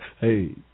Hey